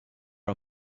are